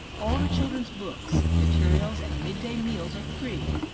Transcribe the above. all the children's books, materials and mid-day meals are free,